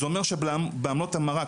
זה אומר שבעמלות המרה,